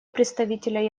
представителя